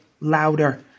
louder